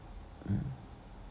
uh